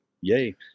yay